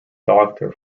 doctor